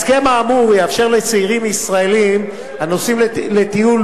ההסכם האמור יאפשר לצעירים ישראלים הנוסעים לטיול